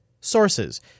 sources